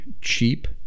cheap